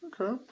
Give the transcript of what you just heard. Okay